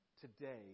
today